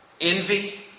envy